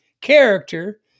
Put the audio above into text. character